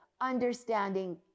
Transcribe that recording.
understanding